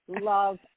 love